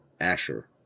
Asher